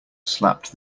slapped